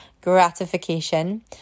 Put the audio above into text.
gratification